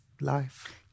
life